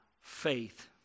faith